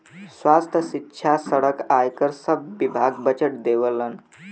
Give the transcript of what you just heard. स्वास्थ्य, सिक्षा, सड़क, आयकर सब विभाग बजट देवलन